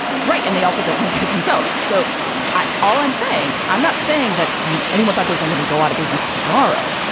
right. and they also don't want to do it themselves. so all i'm saying. i'm not saying that anyone that they're going going to go out of business tomorrow.